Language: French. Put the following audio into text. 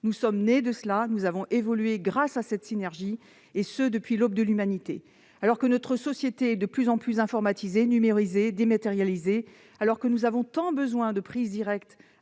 Nous sommes nés de cela, nous avons évolué grâce à cette synergie, et ce depuis l'aube de l'humanité. Alors que notre société est de plus en plus informatisée, numérisée, dématérialisée, alors que nous avons tant besoin de prise directe